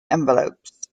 envelopes